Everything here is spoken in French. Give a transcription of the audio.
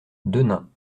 denain